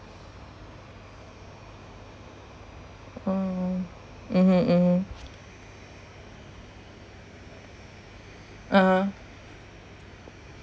oh mmhmm mmhmm (uh huh)